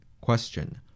Question